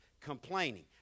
complaining